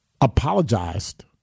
apologized